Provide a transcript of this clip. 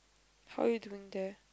how're you doing there